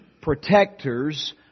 Protectors